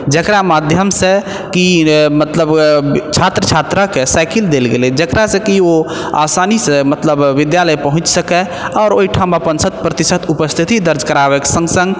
जेकरा माध्यम से कि मतलब छात्र छात्राके साइकिल देल गेलै जेकरा से कि ओ आसानी से मतलब विद्यालय पहुँच सकैत आओर ओहि ठाम अपन शत प्रतिशत उपस्थिति दर्ज कराबैके सङ्ग सङ्ग